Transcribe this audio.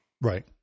Right